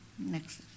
Next